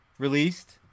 Released